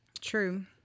True